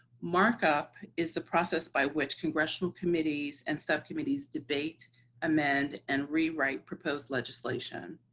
markup is the process by which congressional committees and subcommittees debate amend and rewrite proposed legislation.